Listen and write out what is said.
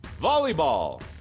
Volleyball